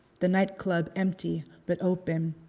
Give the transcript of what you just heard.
the nightclub empty but open.